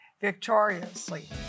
victoriously